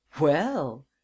Well